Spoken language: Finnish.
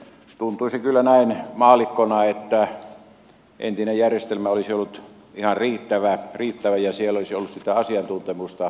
tuntuisi kyllä näin maallikkona että entinen järjestelmä olisi ollut ihan riittävä ja siellä olisi ollut sitä asiantuntemusta